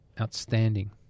outstanding